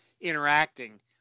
interacting